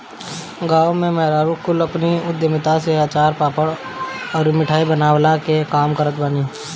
गांव में मेहरारू कुल अपनी उद्यमिता से अचार, पापड़ अउरी मिठाई बनवला के काम करत बानी